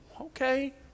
okay